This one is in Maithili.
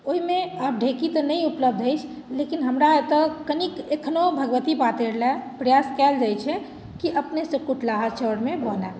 ओहिमे आब ढेकी तऽ नहि उपलब्ध अछि लेकिन हमरा एतय कनिक एखनो भगवती पातरि लए प्रयास कयल जाइत छै कि अपनेसँ कुटलाहा चाउरमे बनय